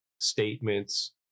statements